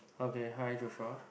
okay hi Joshua